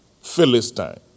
Philistine